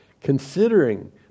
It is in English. Considering